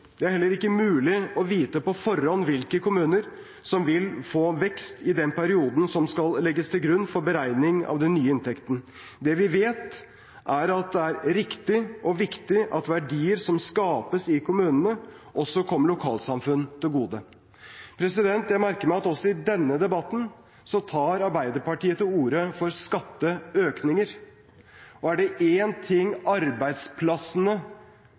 Det er heller ikke mulig å vite på forhånd hvilke kommuner som vil få vekst i den perioden som skal legges til grunn for beregning av den nye inntekten. Det vi vet, er at det er riktig og viktig at verdier som skapes i kommunene, også kommer lokalsamfunnet til gode. Jeg merker meg at også i denne debatten tar Arbeiderpartiet til orde for skatteøkninger. Er det én ting arbeidsplassene